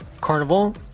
Carnival